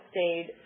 stayed